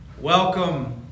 welcome